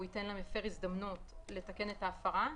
ייתן למפר הזדמנות לתקן את ההפרה.